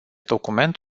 document